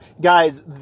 Guys